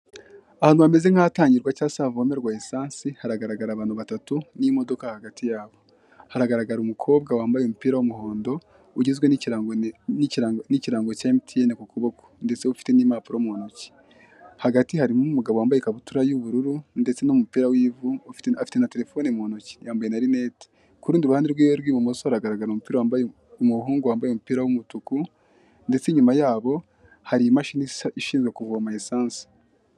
Ahantu hameze nk'ahataangirwa cyangwa havomerwa esansi haragaragara abantu batatu nimodoka hagati yabo. Haragaragara umukobwa wambaye umupira w'umuhondo ugizwe n'ikirango cya emutiyene ku kuboko ndetse ufite n'impapuro mu ntoki. Hagati hari umugabo wambaye ikabutura y'ubururu ndetse n'umupira w'ivu afite na terefone muntoki yambaye na rinete . ku rundi ruhande rw'iwe rw'ibumoso haragaragara umuhungu wambaye umupira w'umutuku ku rundi ruhande rw'iwe rw'ibumoso haragaragara umuhungu wambaye umupira w'umutuku ndetse inyuma yabo hari imashini ishinzwe kuvoma esansi.